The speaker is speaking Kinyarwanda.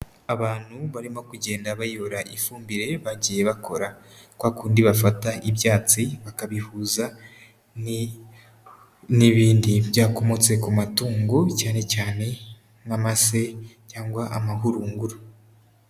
Abantu barimo kugenda bayora ifumbire bagiye bakora, kwa kundi bafata ibyatsi bakabihuza n'ibindi byakomotse ku matungo cyane cyane nk'amase cyangwa amahurunguru.